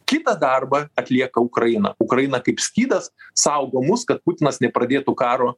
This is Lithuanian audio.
kitą darbą atlieka ukraina ukraina kaip skydas saugo mus kad putinas nepradėtų karo